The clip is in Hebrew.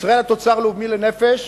בישראל התוצר הלאומי לנפש,